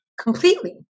completely